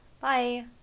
Bye